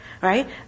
Right